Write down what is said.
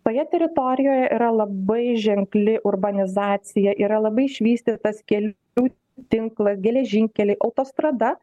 toje teritorijoje yra labai ženkli urbanizacija yra labai išvystytas kelių tinklas geležinkeliai autostrada